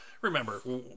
Remember